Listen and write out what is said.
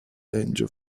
langer